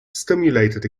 stimulated